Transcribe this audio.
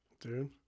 Dude